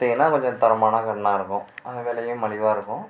பார்த்திங்கனா கொஞ்சம் தரமான கன்றாருக்கும் அங்கே விலையும் மலிவாயிருக்கும்